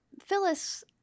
Phyllis